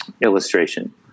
illustration